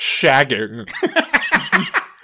shagging